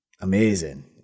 amazing